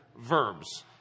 verbs